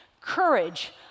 Courage